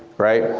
right?